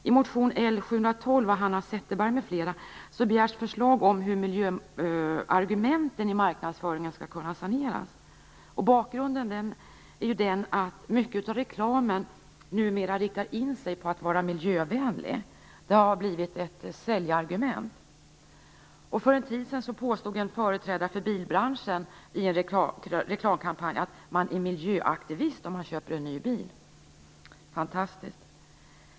I motion L712 av Hanna Zetterberg m.fl. efterlyses förslag om hur miljöargumenten i marknadsföringen kan saneras. Bakgrunden är att mycket av reklamen numera riktar in sig på att vara miljövänlig. Det har ju blivit ett säljargument. För en tid sedan påstod en företrädare för bilbranschen i en reklamkampanj att man är miljöaktivist om man köper en ny bil. Fantastiskt!